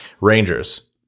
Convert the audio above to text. Rangers